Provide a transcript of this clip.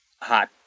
hot